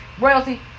Royalty